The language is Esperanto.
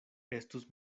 estus